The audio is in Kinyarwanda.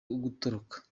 gutoroka